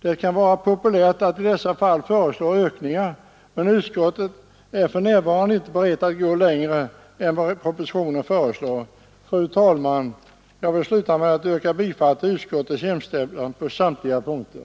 Det kan vara populärt att i dessa fall föreslå ökningar, men utskottet är för närvarande inte berett att gå längre än vad man föreslår i propositionen. Fru talman, jag vill sluta med att yrka bifall till utskottets hemställan på samtliga punkter.